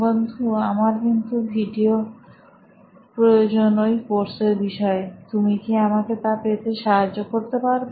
বন্ধু আমার কিন্তু ভিডিও প্রয়োজন ওই কোর্সের বিষয়ে তুমি কি আমাকে তা পেতে সাহায্য করতে পারবে